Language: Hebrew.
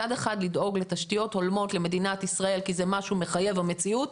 מצד אחד לדאוג לתשתיות הולמות למדינת ישראל כי זה משהו מחייב המציאות,